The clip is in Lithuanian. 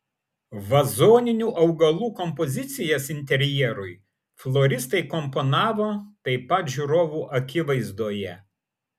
vazoninių augalų kompozicijas interjerui floristai komponavo taip pat žiūrovų akivaizdoje